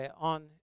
on